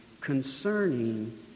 concerning